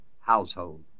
Household